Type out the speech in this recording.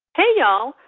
hey, y'all.